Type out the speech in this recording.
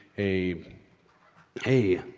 a hey,